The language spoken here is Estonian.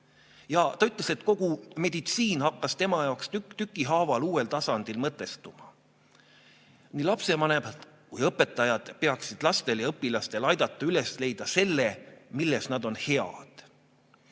Ja ta ütles, et kogu meditsiin hakkas tema jaoks tükk tüki haaval uuel tasandil mõtestuma. Nii lapsevanemad kui ka õpetajad peaksid lastel ja õpilastel aitama üles leida selle, milles nad on head.